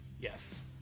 Yes